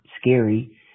scary